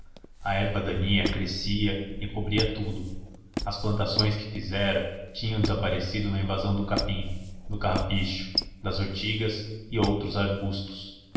a erva daninha crescia e cobria tudo as plantações que fizera tinham desaparecido na invasão do capim do carrapicho das urtigas e outros arbustos